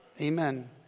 Amen